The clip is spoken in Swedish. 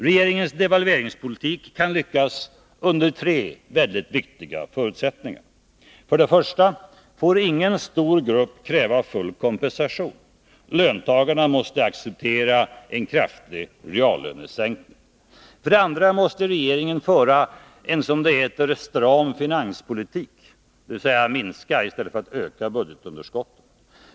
Regeringens devalveringspolitik kan lyckas under tre mycket viktiga förutsättningar. För det första får ingen stor grupp kräva full kompensation. Löntagarna måste acceptera en kraftig reallönesänkning. För det andra måste regeringen föra en som det heter stram finanspolitik, dvs. minska budgetunderskottet i stället för att öka det.